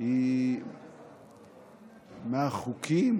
היא מהחוקים